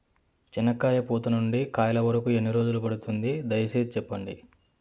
చెనక్కాయ పూత నుండి కాయల వరకు ఎన్ని రోజులు పడుతుంది? దయ సేసి చెప్పండి?